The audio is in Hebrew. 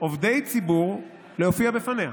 עובדי ציבור להופיע בפניה.